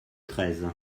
treize